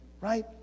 Right